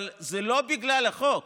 אבל זה לא בגלל החוק.